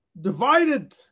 divided